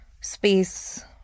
space